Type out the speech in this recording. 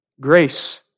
Grace